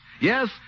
Yes